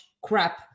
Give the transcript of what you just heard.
crap